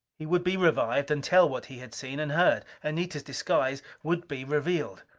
he would be revived and tell what he had seen and heard. anita's disguise would be revealed.